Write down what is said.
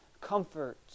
comfort